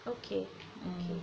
okay okay